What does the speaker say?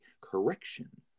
correction